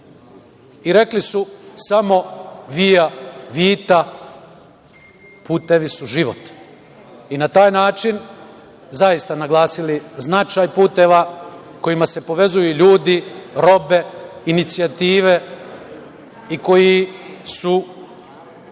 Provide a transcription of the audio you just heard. i rekli samo „via vita“ – putevi su život. Na taj način zaista su naglasili značaj puteva kojima se povezuju ljudi, robe, inicijative i koji su